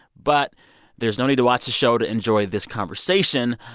but there's no need to watch the show to enjoy this conversation.